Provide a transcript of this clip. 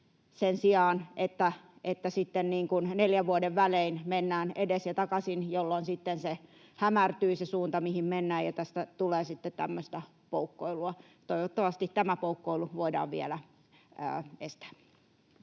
sen sijaan että neljän vuoden välein mennään edes ja takaisin, jolloin sitten hämärtyy se suunta, mihin mennään, ja tästä tulee sitten tämmöistä poukkoilua. Toivottavasti tämä poukkoilu voidaan vielä estää.